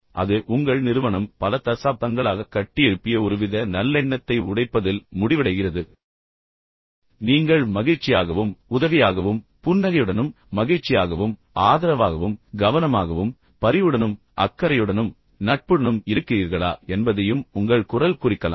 எனவே அது உங்கள் நிறுவனம் பல தசாப்தங்களாக கட்டியெழுப்பிய ஒருவித நல்லெண்ணத்தை உடைப்பதில் முடிவடைகிறது நீங்கள் மகிழ்ச்சியாகவும் உதவியாகவும் புன்னகையுடனும் மகிழ்ச்சியாகவும் ஆதரவாகவும் கவனமாகவும் பரிவுடனும் அக்கறையுடனும் நட்புடனும் இருக்கிறீர்களா என்பதையும் உங்கள் குரல் குறிக்கலாம்